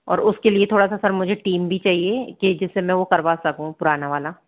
और उसके लिए थोड़ा सा सर मुझे टीम भी चाहिए कि जिससे मैं वो करवा सकूँ पुराना वाला